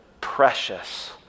precious